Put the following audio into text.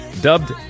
Dubbed